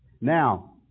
Now